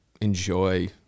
enjoy